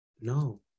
no